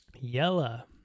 Yella